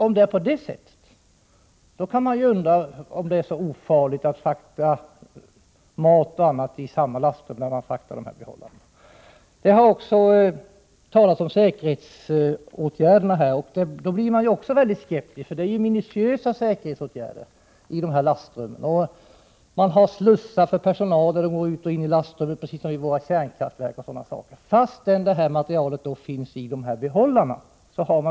Om det är på det sättet, kan man undra om det är så ofarligt att frakta mat och annat gods i samma lastutrymme som man fraktar dessa behållare. Det har även talats om säkerhetsåtgärderna. Även då blir man skeptisk. Det är rigorösa säkerhetsföreskrifter som gäller för dessa lastrum. Man har slussar för personalen när den går in och ut ur lastrummet, precis som vid våra kärnkraftverk, trots att detta avfall förvaras i dessa behållare.